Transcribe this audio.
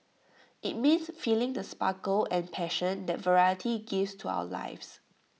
IT means feeling the sparkle and passion that variety gives to our lives